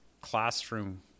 classroom